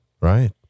right